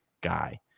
guy